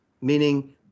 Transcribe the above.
meaning